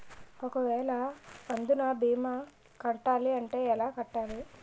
ఒక వేల అందునా భీమా కట్టాలి అంటే ఎలా కట్టాలి?